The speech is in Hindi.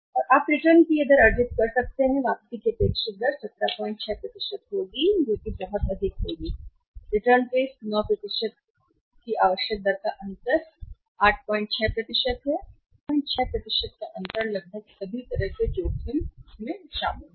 और आप रिटर्न की यह दर अर्जित करते हैं जो कि वापसी की अपेक्षित दर 176 होगी जो कि बहुत अधिक होगी रिटर्न के इस 9 की आवश्यक दर का अंतर 86 है और 86 का अंतर है लगभग सभी तरह के जोखिम शामिल हैं